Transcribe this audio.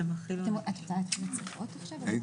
בנוסף, יש